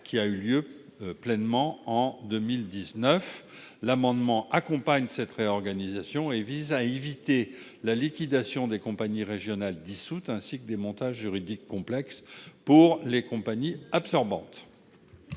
être menée à bien en 2019. Cet amendement vise à accompagner cette réorganisation et à éviter la liquidation des compagnies régionales dissoutes, ainsi que les montages juridiques complexes, pour les compagnies absorbantes.